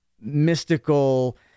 mystical